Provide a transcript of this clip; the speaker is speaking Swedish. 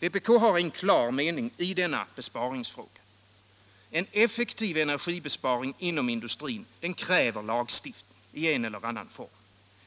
Vpk har en klar mening i denna besparingsfråga. En effektiv energibesparing inom industrin kräver lagstiftning i en eller annan form.